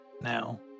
Now